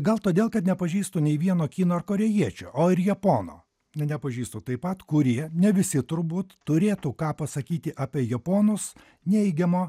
gal todėl kad nepažįstu nei vieno kino korėjiečio o ir japono nepažįstu taip pat kurie ne visi turbūt turėtų ką pasakyti apie japonus neigiamo